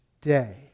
day